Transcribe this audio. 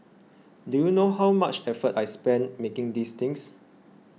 do you know how much effort I spent making these things